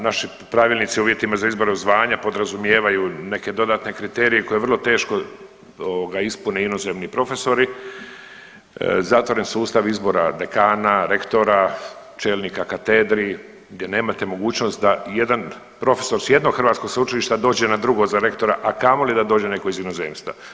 Naši pravilnici o uvjetima za izbor zvanja podrazumijevaju neke dodatne kriterije koje vrlo teško ispune inozemni profesori, zatvoren sustav izbora dekana, rektora, čelnika katedri gdje nemate mogućnost da jedan profesor sa jednog hrvatskog sveučilišta dođe na drugo za rektora, a kamoli da dođe netko iz inozemstva.